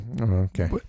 Okay